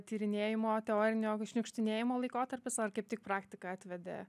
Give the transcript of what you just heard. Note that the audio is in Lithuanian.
tyrinėjimo teorinio šniukštinėjimo laikotarpis ar kaip tik praktika atvedė